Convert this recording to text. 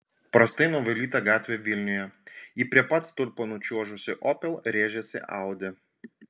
prastai nuvalyta gatvė vilniuje į prie pat stulpo nučiuožusį opel rėžėsi audi